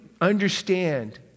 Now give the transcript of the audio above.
understand